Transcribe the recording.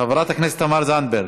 חברת הכנסת תמר זנדברג,